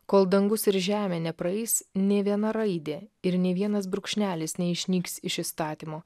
kol dangus ir žemė nepraeis nė viena raidė ir nė vienas brūkšnelis neišnyks iš įstatymo